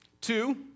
Two